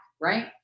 right